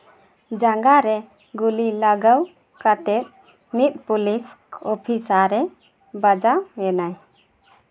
ᱡᱟᱸᱜᱟ ᱨᱮ ᱜᱩᱞᱤ ᱞᱟᱜᱟᱣ ᱠᱟᱛᱮᱫ ᱢᱤᱫ ᱯᱩᱞᱤᱥ ᱚᱯᱷᱤᱥᱟᱨᱮ ᱵᱟᱡᱟᱣ ᱮᱱᱟᱭ